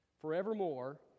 Forevermore